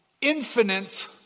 infinite